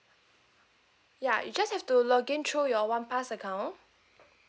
ya you just have to login through your one pass account